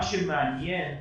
מה שמעניין,